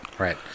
Right